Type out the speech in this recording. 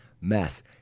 mess